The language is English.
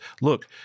look –